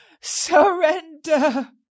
surrender